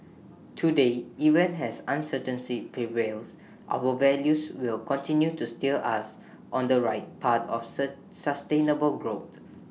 today even as uncertainty prevails our values will continue to steer us on the right path of sustainable growth